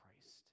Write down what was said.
Christ